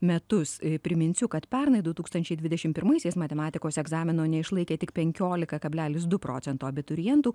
metus priminsiu kad pernai du tūkstančiai dvidešim pirmaisiais matematikos egzamino neišlaikė tik penkiolika kablelis du procento abiturientų